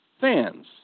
fans